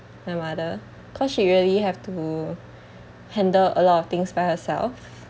my mother cause she really have to handle a lot of things by herself